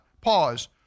Pause